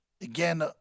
again